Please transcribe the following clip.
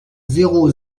zéro